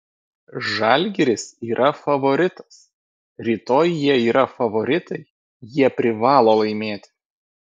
žalgiris yra favoritas rytoj jie yra favoritai jie privalo laimėti